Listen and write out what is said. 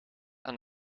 aan